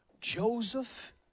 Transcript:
Joseph